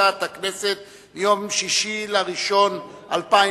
הכנסת עינת וילף מבקשת